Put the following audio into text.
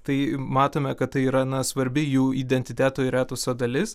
tai matome kad tai yra na svarbi jų identiteto ir etoso dalis